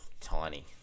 tiny